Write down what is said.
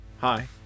hi